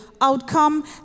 outcome